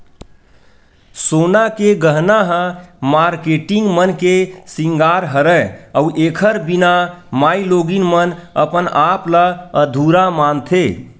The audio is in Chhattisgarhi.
सोना के गहना ह मारकेटिंग मन के सिंगार हरय अउ एखर बिना माइलोगिन मन अपन आप ल अधुरा मानथे